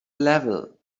level